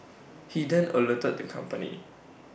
he then alerted the company